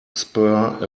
spur